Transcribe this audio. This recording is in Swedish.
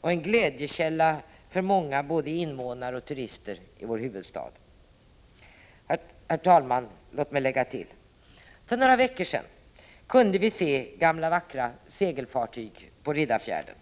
och en glädjekälla för många, både invånare och turister, i vår huvudstad. Herr talman! Låt mig lägga till: För några veckor sedan kunde vi se gamla, vackra segelfartyg på Riddarfjärden.